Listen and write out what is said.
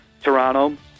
Toronto –